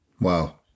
Wow